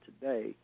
today